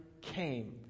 came